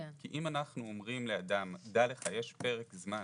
אם אנחנו אומרים לאדם, דע לך, יש פרק זמן